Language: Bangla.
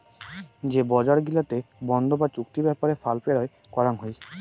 যে বজার গিলাতে বন্ড বা চুক্তি ব্যাপারে ফাল পেরোয় করাং হই